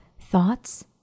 thoughts